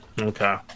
Okay